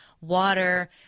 water